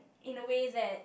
in a way that